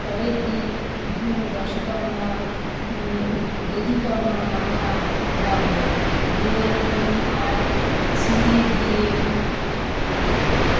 পরের দিন দর্শকর্মা দধিকর্মা মাখা দেওয়া হয় দই খই আর চিঁড়ে দিয়ে